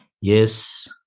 yes